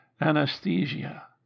Anesthesia